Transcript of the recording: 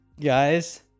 guys